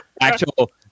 actual